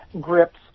grips